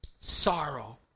sorrow